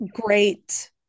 great